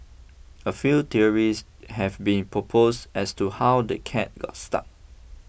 a few theories have been proposed as to how the cat got stuck